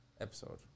Episode